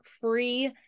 free